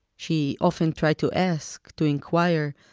she often tried to ask, to inquire,